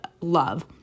love